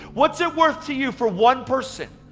what's it worth to you for one person?